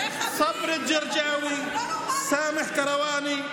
אלקיעאן, מחמוד אלסעדי,